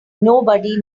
nobody